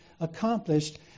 accomplished